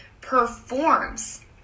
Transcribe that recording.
performs